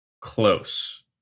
close